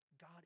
God